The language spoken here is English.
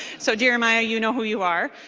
so jeremiah you know who you are.